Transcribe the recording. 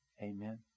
Amen